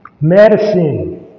medicine